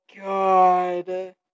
god